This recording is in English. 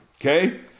okay